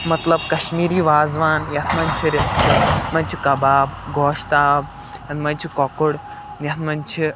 مطلب کَشمیٖری وازوان یَتھ منٛز چھِ رِستہٕ یَتھ منٛز چھِ کَباب گۄشتاب یَتھ منٛز چھِ کۄکُر یَتھ منٛز چھِ